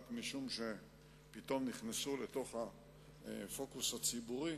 רק משום שפתאום נכנסו לתוך הפוקוס הציבורי,